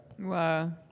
Wow